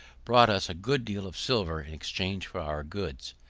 brought us a good deal of silver in exchange for our goods.